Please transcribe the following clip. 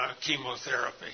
chemotherapy